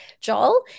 Joel